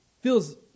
feels